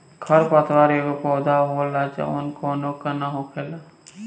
खर पतवार एगो पौधा होला जवन कौनो का के न हो खेला